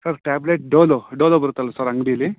sir tablet Dolo Dolo ಬರುತ್ತಲ್ವ sir ಅಂಗಡೀಲಿ